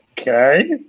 Okay